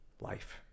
life